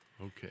Okay